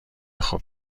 خوب